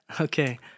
Okay